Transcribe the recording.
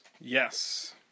Yes